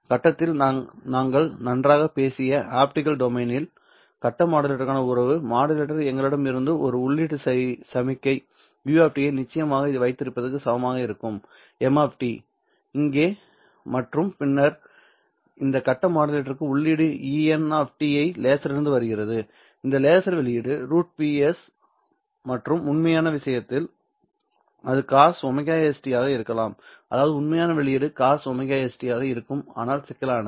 கட்டத்தில் நாங்கள் நன்றாகப் பேசிய ஆப்டிகல் டொமைனில் கட்ட மாடுலேட்டருக்கான உறவு மாடுலேட்டர் எங்களிடம் இருந்தது ஒரு உள்ளீட்டு சமிக்ஞை u நிச்சயமாக இது வைத்திருப்பதற்கு சமமாக இருக்கும் m இங்கே மற்றும் பின்னர் இந்த கட்ட மாடுலேட்டருக்கு உள்ளீடு En லேசரிலிருந்து வருகிறது இந்த லேசர் வெளியீடு √P s மற்றும் உண்மையான விஷயத்தில் அது cos ωst ஆக இருக்கலாம் அதாவது உண்மையான வெளிப்பாடு cos ωst ஆக இருக்கும் ஆனால் சிக்கலானது